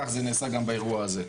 כך זה נעשה גם באירוע הזה.